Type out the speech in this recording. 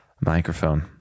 microphone